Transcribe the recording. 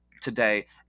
today